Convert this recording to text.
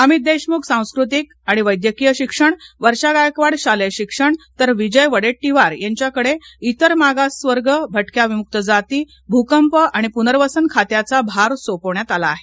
अमित देशमुख सांस्कृतिक आणि वैद्यकीय शिक्षण वर्षा गायकवाड शालेय शिक्षण तर विजय वडेट्टीवार यांच्या कडे इतर मागासवर्ग भटक्या विमुक्त जाती भूकंप आणि पुनर्वसन खात्याचा भार सोपवण्यात आला आहे